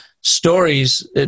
stories